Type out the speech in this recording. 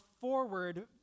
forward